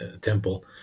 temple